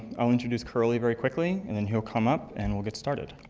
i'll introduce curlee very quickly, and then he'll come up and we'll get started.